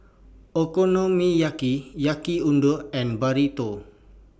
Okonomiyaki Yaki Udon and Burrito